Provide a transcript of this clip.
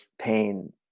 pain